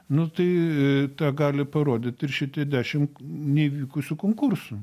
nu tai gali parodyt ir šitie dešim nevykusių konkursų